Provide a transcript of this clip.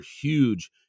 huge